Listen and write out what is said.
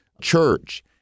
church